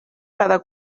cada